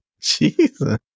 Jesus